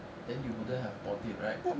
then you wouldn't have bought it right